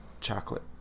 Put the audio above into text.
chocolate